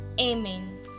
Amen